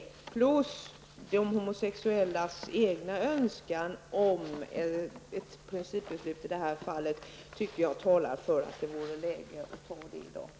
Detta samt de homosexuellas egen önskan om att ett principbeslut skall fattas i det här fallet tycker jag talar för att det är läge att fatta ett sådant beslut här i dag.